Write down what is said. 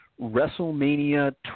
WrestleMania